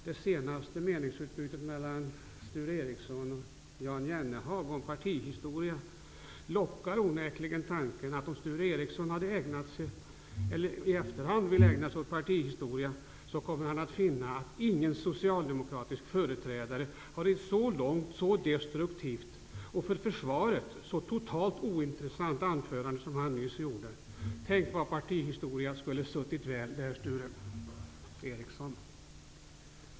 Det senaste meningsutbytet mellan Sture Ericson och Jan Jennehag om partihistoria får mig onekligen att tänka på att om Sture Ericson i efterhand vill ägna sig åt partihistoria, kommer han att finna att ingen socialdemokratisk företrädare har hållit ett så långt, så destruktivt och för försvaret så totalt ointressant anförande som det han nyss gjorde. Tänk vad partihistoria skulle ha suttit väl där, Sture Ericson!